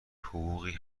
حقوقی